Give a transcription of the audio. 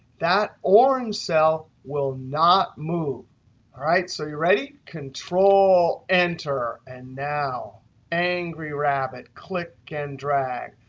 that orange cell will not move. all right? so you ready? control enter. and now angry rabbit. click and drag.